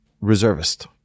reservist